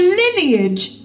lineage